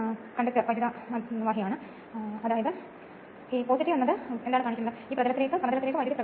പരീക്ഷണശാലയിൽ stator എങ്ങനെയാണെന്നോ rotor എങ്ങനെയാണെന്നോ കാണാൻ ഞാൻ പറഞ്ഞു